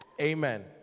Amen